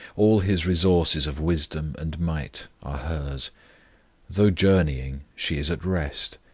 all his resources of wisdom and might are hers though journeying she is at rest,